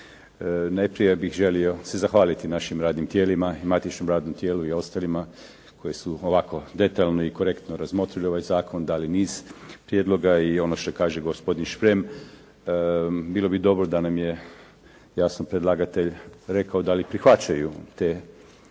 Najprije bih želio se zahvaliti našim radnim tijelima i matičnom radnom tijelu i ostalima koji su ovako detaljno i korektno razmotrili ovaj zakon, dali niz prijedloga i ono što kaže gospodi Šprem, bilo bi dobro da nam je jasno predlagatelj rekao da li prihvaćaju te prijedloge.